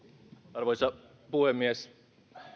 arvoisa puhemies